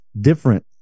different